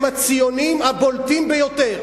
הם הציונים הבולטים ביותר,